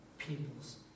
People's